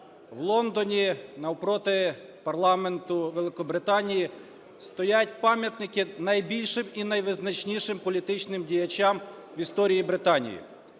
В Лондоні, навпроти парламенту Великобританії стоять пам'ятники найбільшим і найвизначнішим політичним діячам в історії Британії.